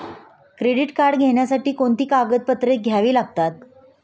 Credit card घेण्यासाठी कोणती कागदपत्रे घ्यावी लागतात?